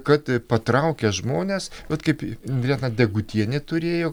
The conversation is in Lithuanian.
kad patraukia žmones vat kaip irena degutienė turėjo